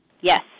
Yes